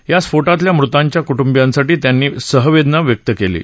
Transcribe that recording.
या स्फोटतल्या मृत्यांचा कुटुंबियासाठी त्यांनी सहवेदना व्यक्त केली आहे